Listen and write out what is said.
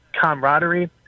camaraderie